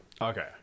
okay